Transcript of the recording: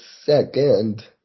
second